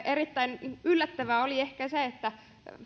erittäin yllättävää oli ehkä se että